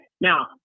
Now